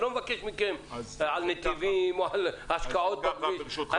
אני לא מבקש מכם על נתיבים או השקעות בכביש,